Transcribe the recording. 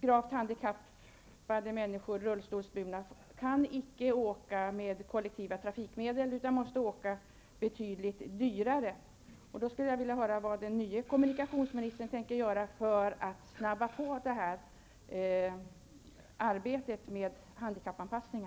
Gravt handikappade människor, rullstolsburna, kan fortfarande inte åka med kollektiva transportmedel, utan måste åka betydligt dyrare.